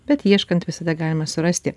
bet ieškant visada galima surasti